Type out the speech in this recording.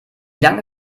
lange